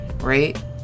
right